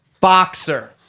boxer